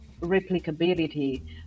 replicability